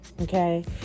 okay